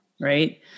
Right